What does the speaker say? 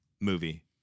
movie